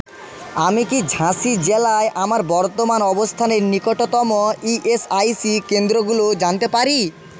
আমি কি ঝাঁসি জেলায় আমার বর্তমান অবস্থানের নিকটতম ই এস আই সি কেন্দ্রগুলো জানতে পারি